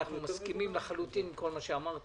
אנחנו מסכימים לחלוטין עם כל מה שאמרת